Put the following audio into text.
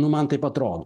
nu man taip atrodo